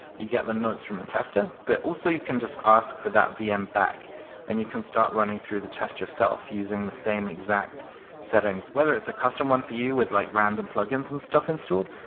you'd get the notes from the tester, but also you can just ask for that vm back and you can start running through the test yourself using the same exact settings, whether it's a custom one view with like random plugins and stuff installed,